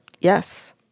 yes